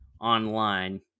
online